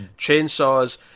Chainsaws